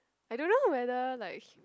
I don't know whether like